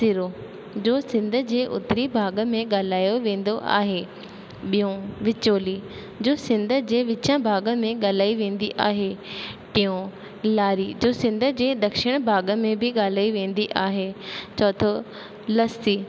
सिरो जो सिंध जे उत्तरी भाॻ में ॻाल्हायो वेंदो आहे ॿियों विचोली जो सिंध जे विच भाॻ में ॻाल्हाई वेंदी आहे टियों लारी जो सिंध जे दक्षिण भाॻ में बि ॻाल्हाई वेंदी आहे चोथों लसी